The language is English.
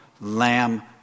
lamb